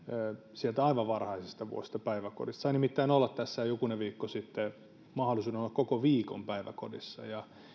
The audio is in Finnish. sieltä aivan varhaisista vuosista päiväkodissa sain nimittäin tässä jokunen viikko sitten mahdollisuuden olla koko viikon päiväkodissa